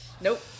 Nope